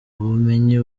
ubumenyi